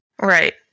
Right